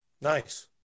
Nice